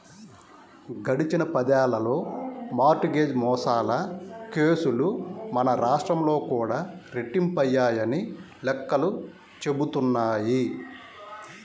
గడిచిన పదేళ్ళలో mortgage మోసాల కేసులు మన రాష్ట్రంలో కూడా రెట్టింపయ్యాయని లెక్కలు చెబుతున్నాయి